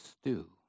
stew